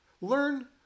Learn